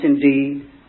indeed